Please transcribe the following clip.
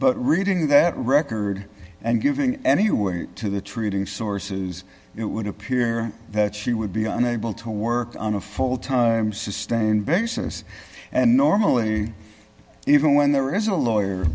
but reading that record and giving any weight to the treating sources it would appear that she would be unable to work on a full time sustained basis and normally even when there is a lawyer